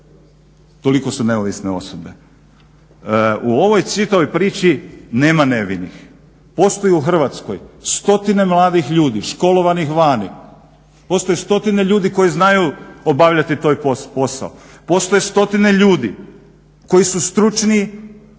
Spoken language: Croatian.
Toliko su neovisne osobe. U ovoj čitavoj priči nema nevinih. Postoje u Hrvatskoj stotine mladih ljudi školovanih vani, postoje stotine ljudi koji znaju obavljati taj posao. Postoje stotine ljudi koji su stručniji,